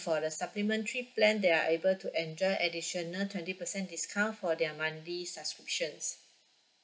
for the supplementary plan they are able to enjoy additional twenty percent discount for their monthly subscriptions